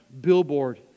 billboard